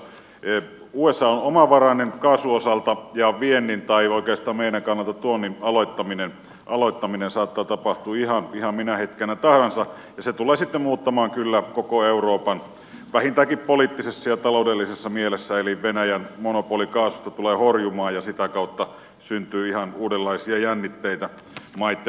usa on omavarainen kaasun osalta ja meidän kannalta tuonnin aloittaminen saattaa tapahtua ihan minä hetkenä tahansa ja se tulee sitten muuttamaan kyllä koko euroopan vähintäänkin poliittisessa ja taloudellisessa mielessä eli venäjän monopoli kaasussa tulee horjumaan ja sitä kautta syntyy ihan uudenlaisia jännitteitä maitten välille